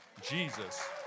Jesus